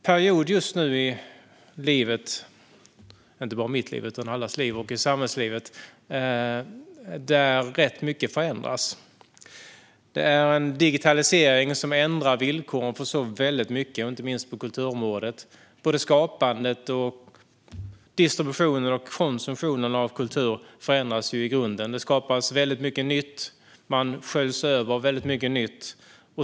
Det råder nu en period i mitt och allas liv och i samhällslivet där rätt mycket förändras. Digitaliseringen ändrar villkoren för väldigt mycket, inte minst på kulturområdet. Skapandet, distributionen och konsumtionen av kultur förändras i grunden. Det skapas väldigt mycket nytt, som man sköljs över av.